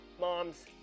moms